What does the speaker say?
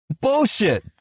Bullshit